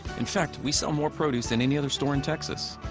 in fact, we sell more produce than any other store in texas.